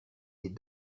des